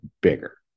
bigger